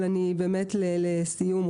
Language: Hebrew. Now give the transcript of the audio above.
לסיום,